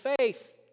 faith